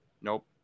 nope